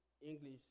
English